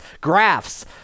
Graphs